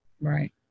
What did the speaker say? Right